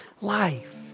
life